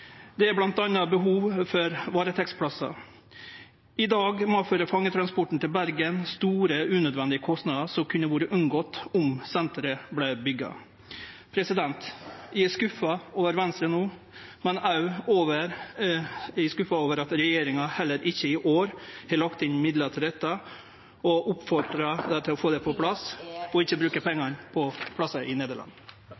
Det er bl.a. behov for varetektsplassar. I dag må ein føre fangetransporten til Bergen – store, unødvendige kostnader som kunne vore unngått om senteret vart bygt. Eg er skuffa over Venstre no. Eg er òg skuffa over at regjeringa heller ikkje i år har lagt inn midlar til dette, og oppmodar dei til å få det på plass og ikkje bruke